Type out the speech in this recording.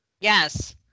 Yes